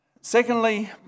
Secondly